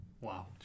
Wow